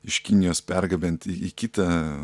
iš kinijos pergabenti į kitą